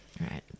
Right